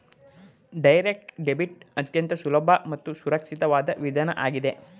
direct debit ಅತ್ಯಂತ ಸುಲಭ ಮತ್ತು ಸುರಕ್ಷಿತವಾದ ವಿಧಾನ ಆಗಿದೆ